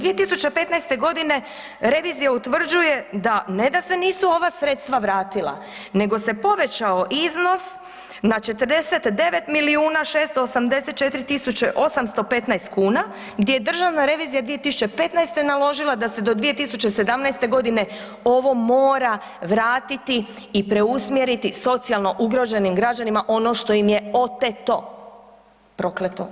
2015. godine revizija utvrđuje da ne da se nisu ova sredstva vratila nego se povećao iznos na 49 milijuna 684 tisuće 815 kuna gdje je Državna revizija 2015. naložila da se do 2017. godine ovo mora vratiti i preusmjeriti socijalno ugroženim građanima ono što im je oteto-prokleto.